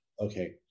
Okay